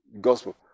gospel